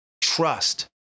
Trust